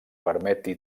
permeti